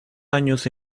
años